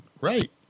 Right